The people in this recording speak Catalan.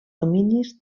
dominis